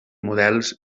models